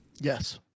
Yes